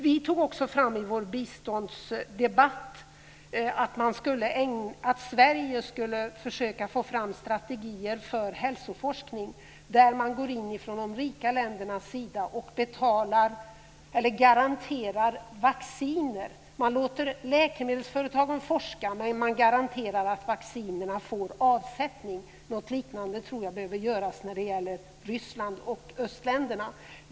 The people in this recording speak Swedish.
Vi tog också upp i biståndsdebatten att Sverige skulle försöka få fram strategier för hälsoforskning, där de rika länderna går in och garanterar vacciner. Man låter läkemedelsföretagen forska, men man garanterar att vaccinerna får avsättning. Något liknande tror jag behöver göras när det gäller Ryssland och övriga östländer.